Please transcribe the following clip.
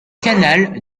canal